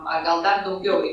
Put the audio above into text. na gal dar daugiau